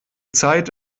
zeit